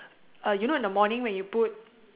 uh you know when in the morning you put